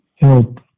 help